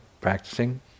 practicing